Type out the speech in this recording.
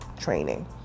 training